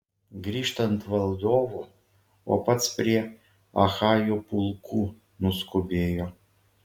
grįžtant valdovo o pats prie achajų pulkų nuskubėjo